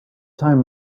time